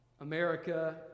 America